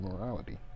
morality